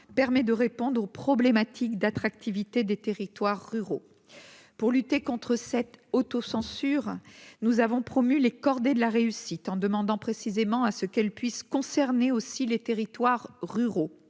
permet de répondre aux problématiques d'attractivité des territoires ruraux pour lutter contre cette autocensure nous avons promu les cordées de la réussite en demandant précisément à ce qu'elle puisse concerner aussi les territoires ruraux,